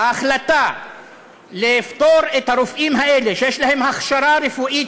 ההחלטה לפטור את הרופאים האלה שיש להם הכשרה רפואית